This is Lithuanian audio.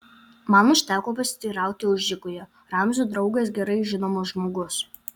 man užteko pasiteirauti užeigoje ramzio draugas gerai žinomas žmogus